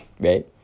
right